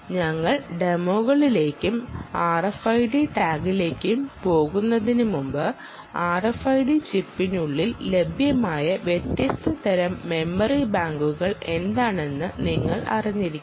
ഞങ്ങൾ ഡെമോകളിലേക്കും RFID ടാഗിലേക്കും പോകുന്നതിനുമുമ്പ് RFID ചിപ്പിനുള്ളിൽ ലഭ്യമായ വ്യത്യസ്ത തരം മെമ്മറി ബാങ്കുകൾ എന്താണെന്ന് നിങ്ങൾ അറിഞ്ഞിരിക്കണം